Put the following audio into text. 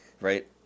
right